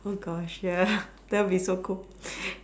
Gosh ya that would be so cool